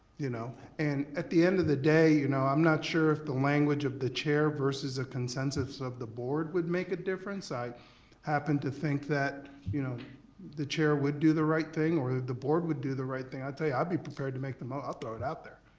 you know and at the end of the day you know i'm not sure if the language of the chair versus a consensus of the board would make a difference? i happen to think that you know the chair would do the right thing or the the board would do the right thing. i tell you, i'd be prepared to make the mo, i'll throw it out there,